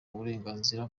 uburenganzira